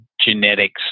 genetics